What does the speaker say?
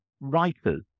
writers